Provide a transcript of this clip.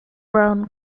brown